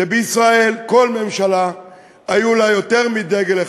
שבישראל לכל ממשלה היה יותר מדגל אחד.